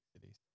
cities